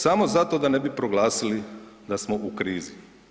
Samo zato da ne bi proglasili da smo u krizi.